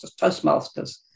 toastmasters